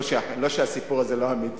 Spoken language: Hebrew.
לא שהסיפור הזה לא אמיתי,